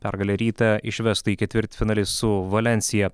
pergalė rytą išvestų į ketvirtfinalį su valensija